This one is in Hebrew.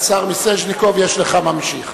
השר מיסז'ניקוב, יש לך ממשיך.